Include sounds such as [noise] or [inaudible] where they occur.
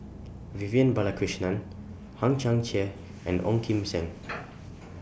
Vivian Balakrishnan Hang Chang Chieh [noise] and Ong Kim Seng [noise]